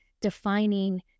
defining